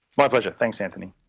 my pleasure, thanks antony.